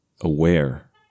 aware